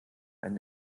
einen